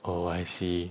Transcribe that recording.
oh I see